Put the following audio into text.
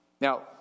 Now